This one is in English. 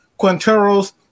Quinteros